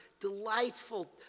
delightful